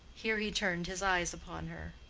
here he turned his eyes upon her.